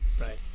Right